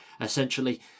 essentially